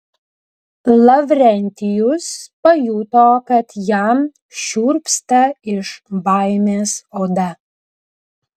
lavrentijus pajuto kad jam šiurpsta iš baimės oda